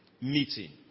meeting